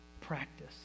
practice